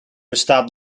bestaat